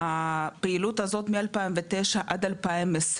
בפעילות הזאת משנת 2009 עד 2020,